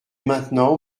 maintenant